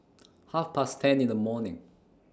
Half Past ten in The morning